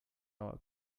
our